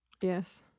Yes